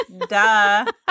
Duh